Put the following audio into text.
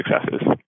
successes